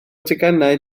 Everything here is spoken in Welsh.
teganau